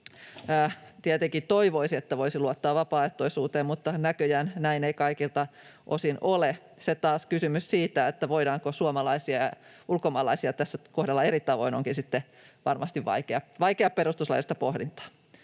tietenkin toivoisi, että voisi luottaa vapaaehtoisuuteen, mutta näköjään näin ei kaikilta osin ole. Sitten taas kysymys siitä, voidaanko suomalaisia ja ulkomaalaisia kohdella tässä eri tavoin, onkin varmasti vaikeaa perustuslaillista pohdintaa.